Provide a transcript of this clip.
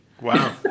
Wow